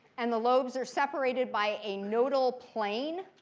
and the lobes are separated by a nodal plane.